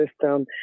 system